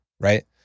right